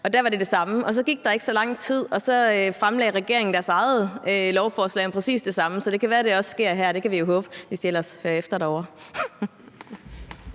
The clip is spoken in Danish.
Der var det det samme, og så gik der ikke så lang tid, og så fremlagde regeringen deres eget lovforslag om præcis det samme. Så det kan være, at det også sker her. Det kan vi jo håbe, hvis de ellers hører efter derovre.